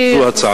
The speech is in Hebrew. זו הצעתי.